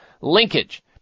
linkage